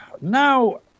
Now